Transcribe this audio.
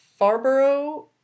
Farborough